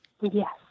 Yes